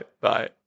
Bye